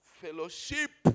fellowship